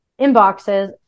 inboxes